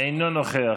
אינו נוכח.